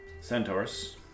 Centaurus